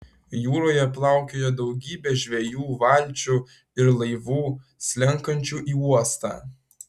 jūroje plaukiojo daugybė žvejų valčių ir laivų slenkančių į uostą